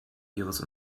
ihres